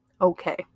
okay